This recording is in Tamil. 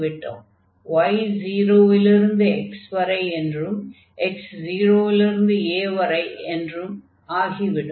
y 0 லிருந்து x வரை என்றும் x 0 லிருந்து a வரை என்று ஆகிவிடும்